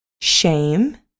Shame